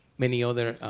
many other,